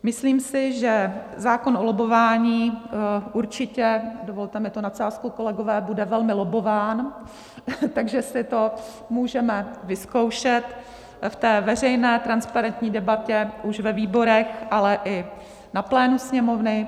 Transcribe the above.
Myslím si, že zákon o lobbování určitě, dovolte mi tu nadsázku, kolegové, bude velmi lobbován, takže si to můžeme vyzkoušet v té veřejné transparentní debatě už ve výborech, ale i na plénu Sněmovny.